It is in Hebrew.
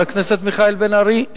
חבר הכנסת מיכאל בן-ארי,